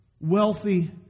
wealthy